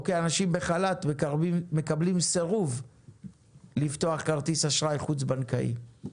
או כאנשים בחל"ת ויקבלו סירוב לפתוח כרטיס אשראי חוץ בנקאי.